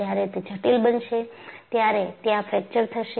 જ્યારે તે જટિલ બનશે ત્યારે ત્યાં ફ્રેકચર થશે